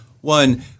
One